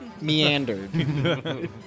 Meandered